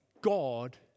God